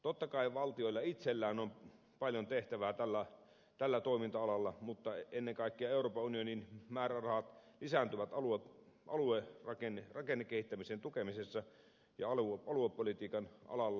totta kai valtioilla itsellään on paljon tehtävää tällä toiminta alalla mutta ennen kaikkea euroopan unionin määrärahat lisääntyvät rakennekehittämisen tukemisessa ja aluepolitiikan alalla